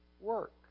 work